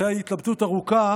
אחרי התלבטות ארוכה